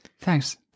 thanks